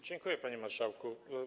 Dziękuję, panie marszałku.